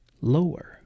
lower